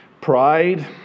pride